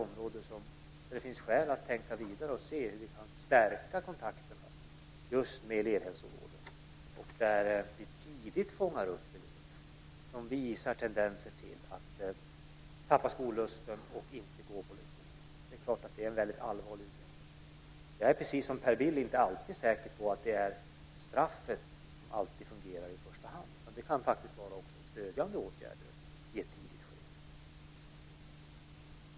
Jag tycker att det finns skäl att tänka vidare och se hur kontakterna med just elevhälsovården kan stärkas. Det är viktigt att man där tidigt fångar upp elever som visar tendenser till att tappa skollusten och som inte går på lektioner, för det är naturligtvis en väldigt allvarlig utveckling. Jag är, precis som Per Bill, inte säker på att straffet fungerar i första hand. Det kan också behövas stödjande åtgärder i ett tidigt skede.